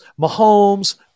Mahomes